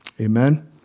Amen